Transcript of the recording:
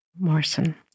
Morrison